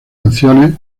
canciones